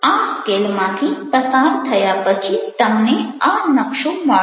આ સ્કેલમાંથી પસાર થયા પછી તમને આ નકશો મળશે